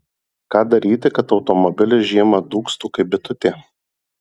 ką daryti kad automobilis žiemą dūgztų kaip bitutė